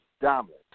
dominant